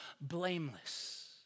blameless